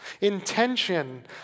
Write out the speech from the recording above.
Intention